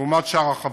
לעומת שאר החברות.